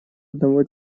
одного